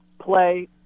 play